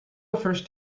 first